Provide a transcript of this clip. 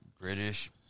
British